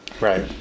Right